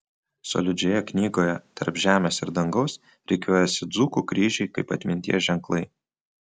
solidžioje knygoje tarp žemės ir dangaus rikiuojasi dzūkų kryžiai kaip atminties ženklai